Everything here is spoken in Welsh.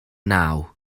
naw